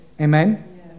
Amen